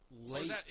late